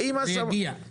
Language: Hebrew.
זה יגיע.